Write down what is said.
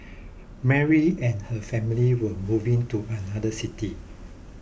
Mary and her family were moving to another city